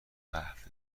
قهوه